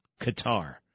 Qatar